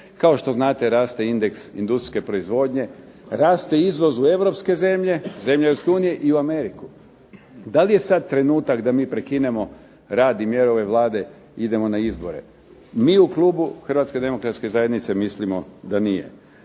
kao što znate raste indeks industrijske proizvodnje, raste izvoz u europske zemlje, zemlje Europske unije i u Ameriku. Da li je sad trenutak da mi prekinemo rad i mjeru ove Vlade i idemo na izbore? Mi u klubu Hrvatske demokratske zajednice mislimo da nije.